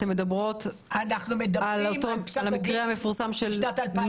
אתן מדברות על המקרה מהמפורסם בשנת 2017,